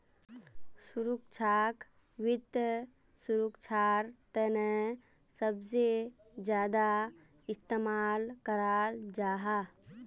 सुरक्षाक वित्त सुरक्षार तने सबसे ज्यादा इस्तेमाल कराल जाहा